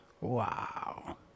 Wow